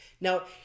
Now